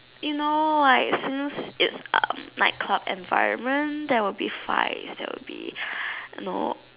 you know like since it's um night club environment there will be fights that will be no